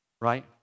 right